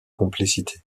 complicité